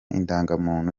indangamuntu